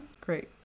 Great